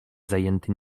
zajęty